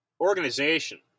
organization